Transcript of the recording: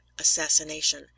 Assassination